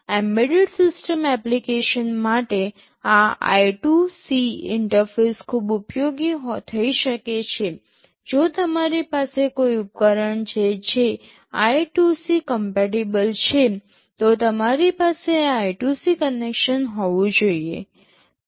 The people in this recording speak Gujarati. એમ્બેડેડ સિસ્ટમ એપ્લિકેશન માટે આ I2C ઇન્ટરફેસ ખૂબ ઉપયોગી થઈ શકે છે જો અમારી પાસે કોઈ ઉપકરણ છે જે I2C કમ્પેટિબલ છે તો તમારી પાસે આ I2C કનેક્શન હોવું જોઈએ